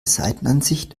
seitenansicht